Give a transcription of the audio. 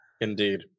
Indeed